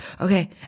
okay